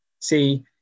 See